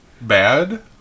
bad